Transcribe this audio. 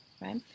Right